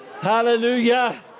Hallelujah